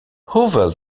hoeveel